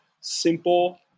simple